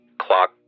Clock